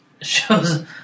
shows